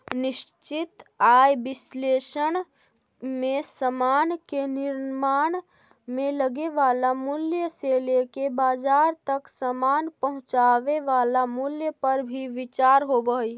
निश्चित आय विश्लेषण में समान के निर्माण में लगे वाला मूल्य से लेके बाजार तक समान पहुंचावे वाला मूल्य पर भी विचार होवऽ हई